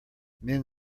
men